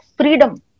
freedom